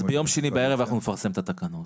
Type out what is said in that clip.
אז ביום שני בערב אנחנו נפרסם את התקנות.